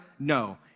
No